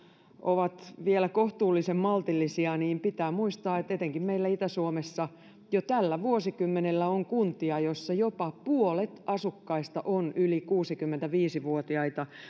ovat vielä kohtuullisen maltillisia niin pitää muistaa että etenkin meillä itä suomessa jo tällä vuosikymmenellä on kuntia joissa jopa puolet asukkaista on yli kuusikymmentäviisi vuotiaita